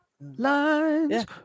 lines